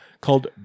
called